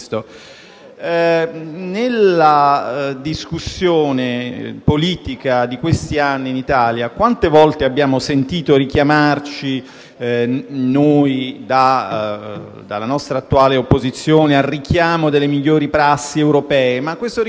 Nella discussione politica di questi anni in Italia, quante volte ci siamo sentiti richiamare dalla nostra attuale opposizione alle migliori prassi europee? Questo richiamo,